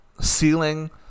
ceiling